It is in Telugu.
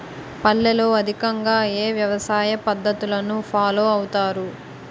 పల్లెల్లో అధికంగా ఏ వ్యవసాయ పద్ధతులను ఫాలో అవతారు?